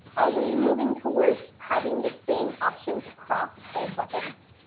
are we moving towards having the same options across all buckets?